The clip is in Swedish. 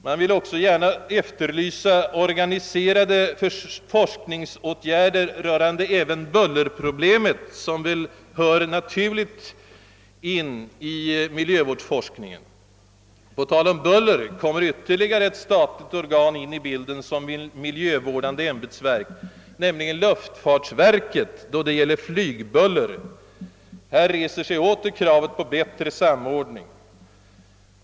Man vill också gärna efterlysa organiserade = forskningsåtgärder «rörande bullerproblemet, som väl naturligen bör integreras i miljövårdsforskningen. På tal om buller kommer ytterligare ett statligt organ in i bilden som miljövårdande ämbetsverk, nämligen luftfartsverket då det gäller flygbuller. Här reser sig åter kravet på bättre samordning.